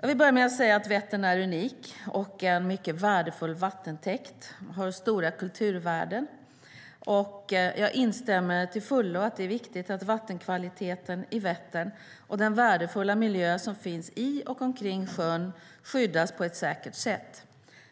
Jag vill börja med att säga att Vättern är unik och en mycket värdefull vattentäkt. Den har stora kulturvärden. Jag instämmer till fullo i att det är viktigt att vattenkvaliteten i Vättern och den värdefulla miljö som finns i och omkring sjön skyddas på ett säkert sätt.